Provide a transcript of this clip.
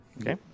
Okay